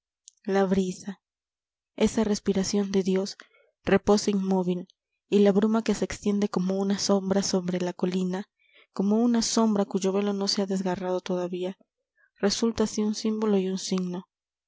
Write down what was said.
la brisa esa respiración de dios reposa inmóvil y la bruma que se extiende como una sombra sobre la colina como una sombra cuyo velo no se ha desgarrado todavía resulta así un símbolo y un signo